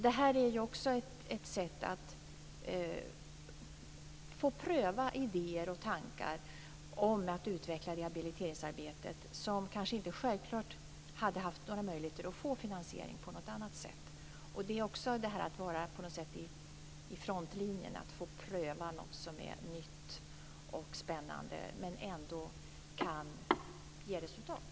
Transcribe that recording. Det här är också ett sätt att få pröva idéer och tankar när det gäller att utveckla rehabiliteringsarbetet. Man skulle kanske inte få möjlighet till finansiering på något annat sätt. Det handlar om det här med att vara i frontlinjen, att få pröva något nytt och spännande som ändå kan ge resultat.